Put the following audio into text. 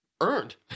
earned